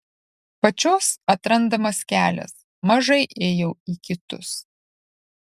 pačios atrandamas kelias mažai ėjau į kitus